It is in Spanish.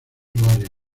usuarios